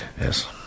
yes